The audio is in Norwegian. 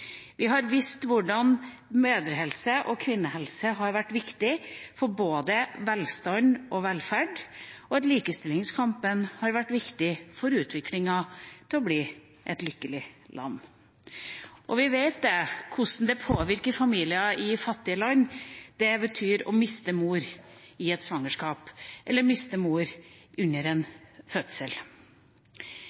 Vi har vist hvordan mødrehelse og kvinnehelse har vært viktig for både velstand og velferd, og at likestillingskampen har vært viktig for utviklingen fram til å bli et lykkelig land. Vi vet hvordan det påvirker familier i fattige land – og hva det betyr – å miste mor i et svangerskap eller miste mor under en fødsel.